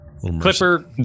Clipper